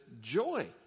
joy